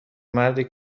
مردی